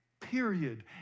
period